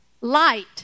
light